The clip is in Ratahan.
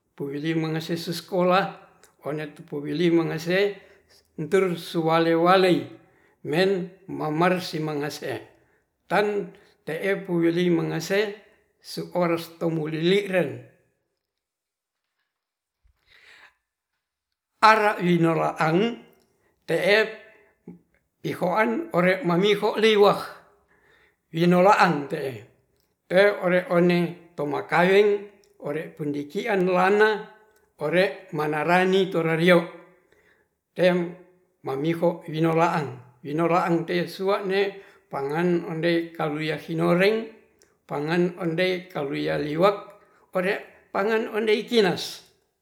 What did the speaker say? Tuwiliam mangase sesekolah onetu mangase tur suwale-walei men mamar si amnase tan te'e pu wili mangase suorsto muliliren ara winoraang te'e ihoan mangiho liwah winolaang te'e te ore oneng tomakaweng ore pundikian lana ore manarani torario ten mawiho winoraang, winoraang te sua'ne pangan onde kaluia hinireng pangan ondei kalia liwak ore pangan ondei kinas.